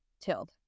tilled